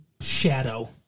shadow